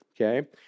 Okay